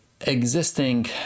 existing